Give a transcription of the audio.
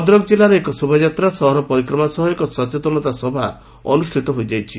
ଭଦ୍ରକ ଜିଲ୍ଲାରେ ଏକ ଶୋଭାଯାତ୍ରା ସହର ପରିକ୍ରମା କରିବା ସହ ଏକ ସଚେତନତା ସଭା ଅନୁଷ୍ଷିତ ହୋଇଯାଇଛି